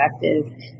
effective